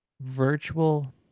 virtual